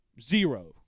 Zero